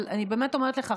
אבל אני באמת אומרת לך,